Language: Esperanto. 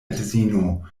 edzino